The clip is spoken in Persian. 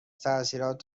تاثیرات